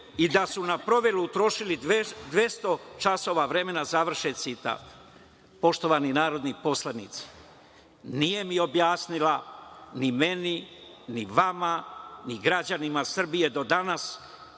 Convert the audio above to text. i da su na proveru trošili 200 časova vremena, završen citat. Poštovani narodni poslanici, nije mi objasnila, ni meni, ni vama, ni građanima Srbije do danas